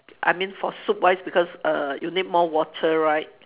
I mean for soup wise because err you need more water right